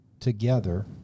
Together